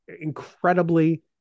incredibly